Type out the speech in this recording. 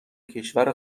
کشور